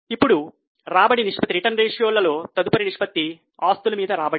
ఇప్పుడు రాబడి నిష్పత్తులలో తదుపరి నిష్పత్తి ఆస్తులపై రాబడి